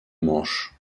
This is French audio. manche